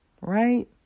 right